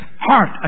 heart